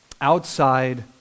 outside